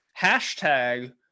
Hashtag